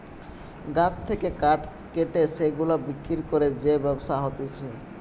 গাছ থেকে কাঠ কেটে সেগুলা বিক্রি করে যে ব্যবসা হতিছে